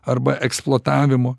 arba eksploatavimo